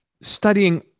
Studying